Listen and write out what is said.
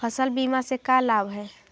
फसल बीमा से का लाभ है?